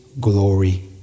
glory